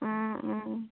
অঁ অঁ